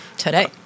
Today